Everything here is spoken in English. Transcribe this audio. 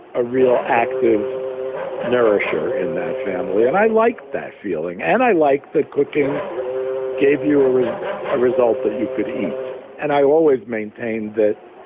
a real active nurture in that family. and i like that feeling. and i like that cooking gave you or as a result that you could eat. and i always maintained that,